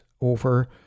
over